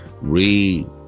Read